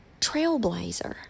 trailblazer